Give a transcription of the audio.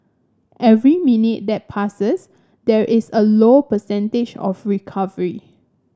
every minute that passes there is a lower percentage of recovery